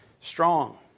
strong